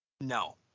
No